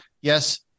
yes